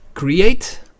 Create